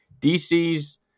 DC's